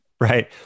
Right